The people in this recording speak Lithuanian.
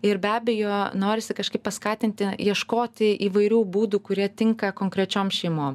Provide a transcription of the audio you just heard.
ir be abejo norisi kažkaip paskatinti ieškoti įvairių būdų kurie tinka konkrečiom šeimom